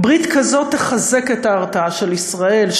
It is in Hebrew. ברית כזאת תחזק את ההרתעה של ישראל,